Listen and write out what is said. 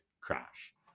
crash